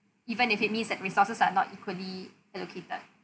even if it means that resources are not equally allocated